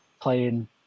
playing